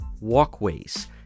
walkways